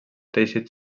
teixit